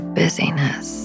busyness